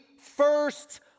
First